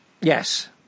Yes